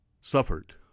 suffered